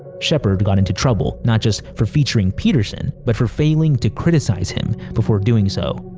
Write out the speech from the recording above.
shepherd got into trouble, not just for featuring peterson, but for failing to criticize him before doing so.